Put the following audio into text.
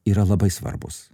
yra labai svarbus